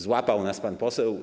Złapał nas pan poseł.